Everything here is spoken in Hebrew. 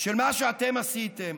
של מה שאתם עשיתם.